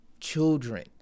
children